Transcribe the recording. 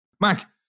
Mac